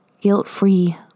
guilt-free